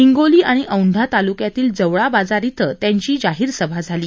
हिंगोली आणि औंढा ताल्क्यातील जवळाबाजार एथान त्यांची जाहीर सभा झाली